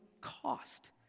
cost